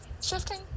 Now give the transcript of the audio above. shifting